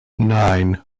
nine